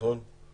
נכון?